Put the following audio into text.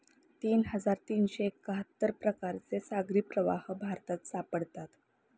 तीन हजार तीनशे एक्काहत्तर प्रकारचे सागरी प्रवाह भारतात सापडतात